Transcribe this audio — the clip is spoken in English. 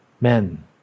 men